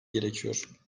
gerekiyor